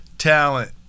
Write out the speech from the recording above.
talent